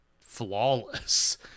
flawless